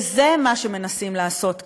זה מה שמנסים לעשות כאן,